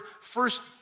first